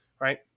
right